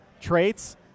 traits